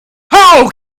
how